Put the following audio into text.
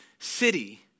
city